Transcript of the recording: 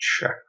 check